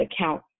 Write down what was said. account